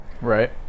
Right